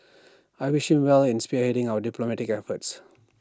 I wish him well in spearheading our diplomatic efforts